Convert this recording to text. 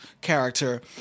character